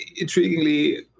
intriguingly